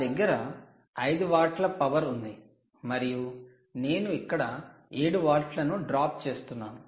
నా దెగ్గర 5 వాట్ల పవర్ ఉంది మరియు నేను ఇక్కడ 7 వోల్ట్లను డ్రాప్ చేస్తున్నాను